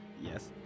Yes